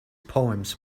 poems